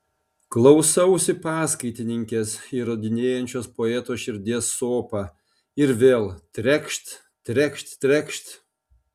klausausi paskaitininkės įrodinėjančios poeto širdies sopą ir vėl trekšt trekšt trekšt